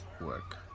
work